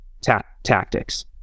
tactics